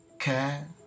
care